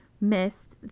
missed